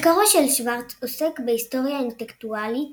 מחקרו של שורץ עוסק בהיסטוריה אינטלקטואלית